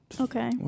Okay